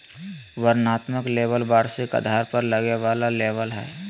वर्णनात्मक लेबल वार्षिक आधार पर लगे वाला लेबल हइ